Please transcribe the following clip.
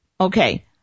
Okay